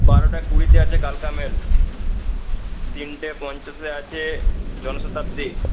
বারোটা কুড়িতে আছে কালকা মেল তিনটে পঞ্চাশে আছে জন শতাব্দী